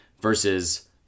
versus